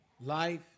life